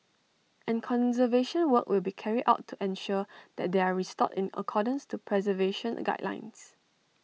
and conservation work will be carried out and ensure that they are restored in accordance to preservation guidelines